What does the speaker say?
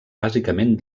bàsicament